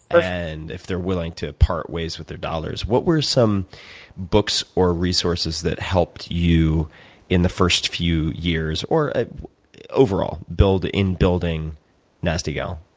and if they're willing to part ways with their dollars. what were some books or resources that helped you in the first few years or overall, in building nasty gal?